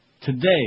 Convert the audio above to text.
Today